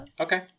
okay